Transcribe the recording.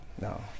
no